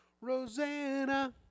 Rosanna